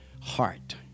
heart